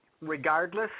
regardless